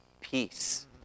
peace